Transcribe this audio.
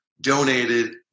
donated